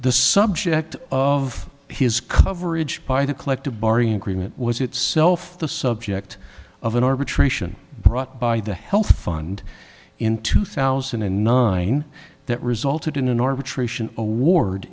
the subject of his coverage by the collective bargaining agreement was itself the subject of an arbitration brought by the health fund in two thousand and nine that resulted in an arbitration award